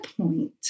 point